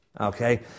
okay